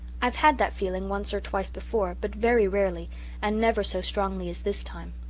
i've had that feeling once or twice before, but very rarely and never so strongly as this time.